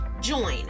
Join